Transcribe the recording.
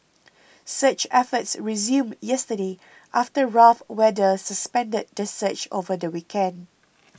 search efforts resumed yesterday after rough weather suspended the search over the weekend